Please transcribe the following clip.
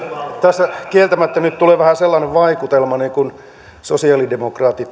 tässä kieltämättä nyt tulee vähän sellainen vaikutelma niin kuin sosialidemokraatit